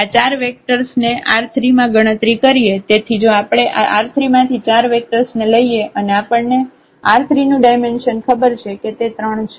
આ 4 વેક્ટર્સ ને R3 માં ગણતરી કરીએ તેથી જો આપણે આ R3 માંથી 4 વેક્ટર્સ ને લઈએ અને આપણને R3 નું ડાયમેન્શન ખબર છે કે તે 3 છે